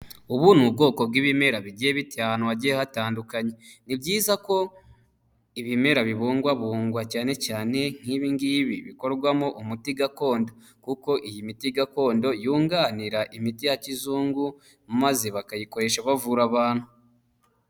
Ubu ni ubwoko bw'ibimera bigiye bite ahantu hagiye hatandukanye. Ni byiza ko, ibimera bibungwabungwa, cyane cyane nk'ibingibi bikorwamo umuti gakondo, kuko iyi miti gakondo yunganira imiti ya kizungu, maze bakayikoresha bavura abantu.